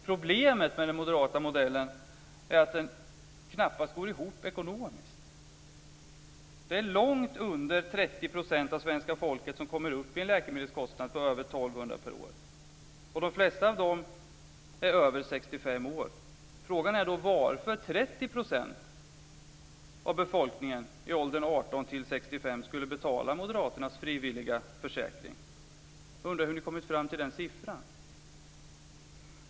Problemet med den moderata modellen är att den knappast går ihop ekonomiskt. Det är långt under 30 % av svenska folket som kommer upp i en läkemedelskostnad på över 1 200 kr per år. Och de flesta av dem som gör det är över 65 år. Frågan är då: Varför skulle 30 % av befolkningen i åldern 18-65 år betala för moderaternas frivilliga försäkring? Jag undrar hur ni har kommit fram till den siffran.